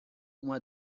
uma